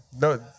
No